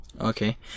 Okay